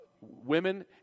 women